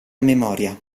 memoria